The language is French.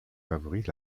favorise